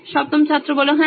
সপ্তম ছাত্র হ্যাঁ